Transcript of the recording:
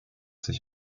sich